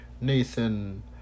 Nathan